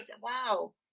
wow